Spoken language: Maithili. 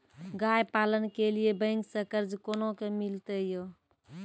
गाय पालन के लिए बैंक से कर्ज कोना के मिलते यो?